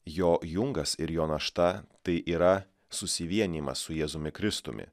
jo jungas ir jo našta tai yra susivienijimas su jėzumi kristumi